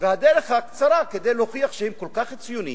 והדרך הקצרה כדי להוכיח שהם כל כך ציונים,